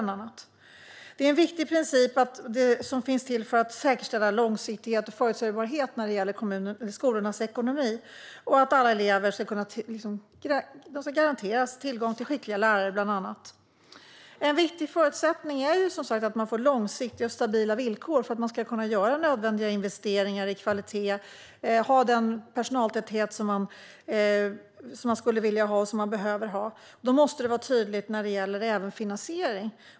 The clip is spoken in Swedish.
Detta är en viktig princip, som finns till för att säkerställa långsiktighet och förutsägbarhet när det gäller skolornas ekonomi. Alla elever ska garanteras tillgång till skickliga lärare. Att man får långsiktiga och stabila villkor är en viktig förutsättning för att man ska kunna göra nödvändiga investeringar i kvalitet och ha den personaltäthet som man önskar och behöver. Då måste det finnas tydlighet även i fråga om finansiering.